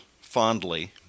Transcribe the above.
fondly